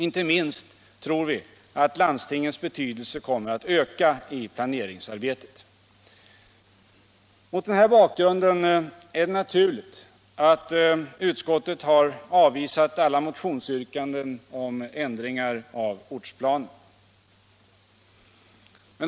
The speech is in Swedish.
Inte minst tror vi att landstingens betydelse kom Mot den här bakgrunden är det naturligt att utskottet har avvisat alla motionsyrkanden om ändringar av ortsplanen.